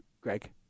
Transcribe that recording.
Greg